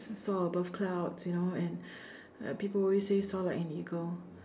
soar above clouds you know and uh people always say soar like an eagle